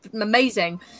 amazing